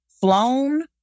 flown